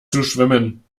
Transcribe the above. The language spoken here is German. zuschwimmen